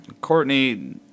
Courtney